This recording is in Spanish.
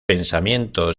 pensamiento